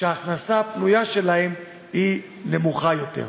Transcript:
כשההכנסה הפנויה שלהם היא נמוכה יותר.